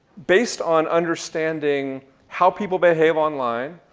based on understanding how people behave online